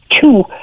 Two